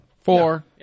Four